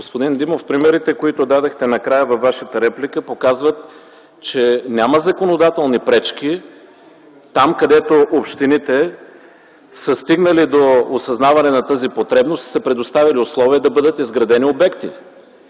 Господин Димов, примерите, които дадохте накрая във Вашата реплика, показват, че няма законодателни пречки там, където общините са стигнали до осъзнаване на тази потребност и са предоставили условия да бъдат изградени обекти.